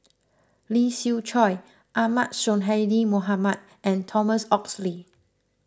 Lee Siew Choh Ahmad Sonhadji Mohamad and Thomas Oxley